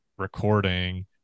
recording